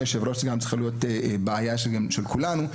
שצריכה להיות של כולנו.